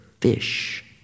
fish